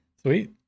Sweet